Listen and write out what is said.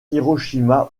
hiroshima